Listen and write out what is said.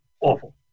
awful